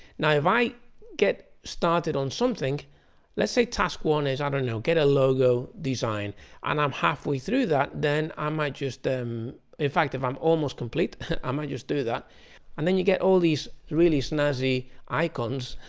now if i get started on something let's say task one is, i don't know get a logo design and i'm halfway through that then i might just in fact if i'm almost complete i might just do that and then you get all these really snazzy icons.